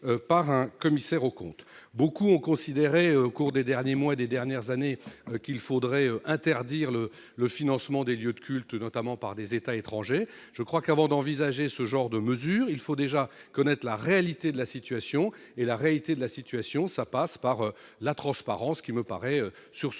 par un commissaire aux comptes, beaucoup ont considéré au cours des derniers mois des dernières années, qu'il faudrait interdire le le financement des lieux de culte, notamment par des États étrangers, je crois qu'avant d'envisager ce genre de mesure, il faut déjà connaître la réalité de la situation et la réalité de la situation, ça passe par la transparence, qui me paraît sur ce